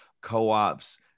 Co-ops